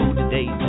today